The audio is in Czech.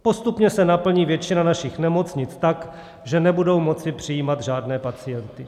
Postupně se naplní většina našich nemocnic tak, že nebudou moct přijímat žádné pacienty.